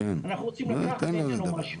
אנחנו רוצים לקחת ממנו משהו.